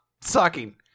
sucking